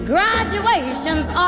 Graduation's